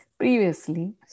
previously